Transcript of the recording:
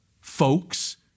folks